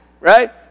right